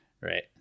right